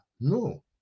no